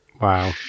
Wow